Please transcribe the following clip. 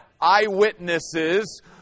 eyewitnesses